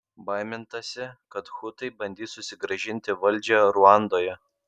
baimintasi kad hutai bandys susigrąžinti valdžią ruandoje